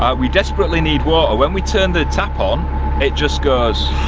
um we desperately need water, when we turn the tap on it just goes